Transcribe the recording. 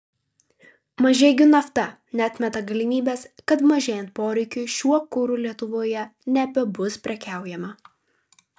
mažeikių nafta neatmeta galimybės kad mažėjant poreikiui šiuo kuru lietuvoje nebebus prekiaujama